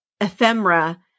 ephemera